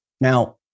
Now